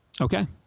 Okay